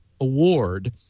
award